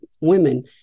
women